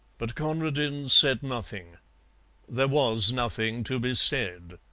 but conradin said nothing there was nothing to be said.